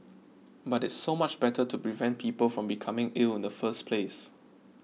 but it's so much better to prevent people from becoming ill in the first place